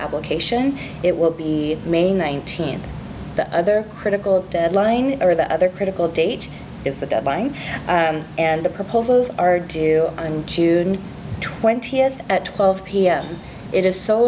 application it will be may nineteenth the other critical deadline or the other critical date is the deadline and the proposals are due in june twentieth at twelve pm it is so